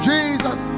Jesus